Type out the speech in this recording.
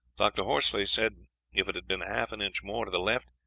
dr. horsley said if it had been half an inch more to the left,